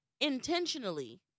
intentionally